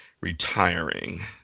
retiring